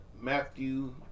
Matthew